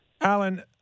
Alan